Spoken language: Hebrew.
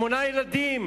שמונה ילדים.